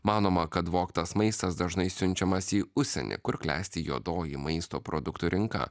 manoma kad vogtas maistas dažnai siunčiamas į užsienį kur klesti juodoji maisto produktų rinka